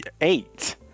Eight